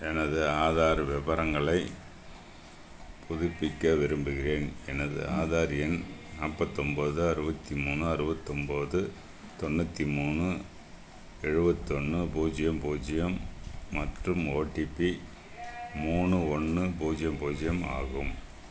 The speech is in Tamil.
எனது ஆதார் விவரங்களைப் புதுப்பிக்க விரும்புகிறேன் எனது ஆதார் எண் நாற்பத்தொம்போது அறுபத்தி மூணு அறுபத்து ஒன்போது தொண்ணூற்றி மூணு எழுபத்து ஒன்னு பூஜ்ஜியம் பூஜ்ஜியம் மற்றும் ஓடிபி மூணு ஒன்று பூஜ்ஜியம் பூஜ்ஜியம் ஆகும்